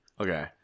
okay